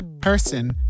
person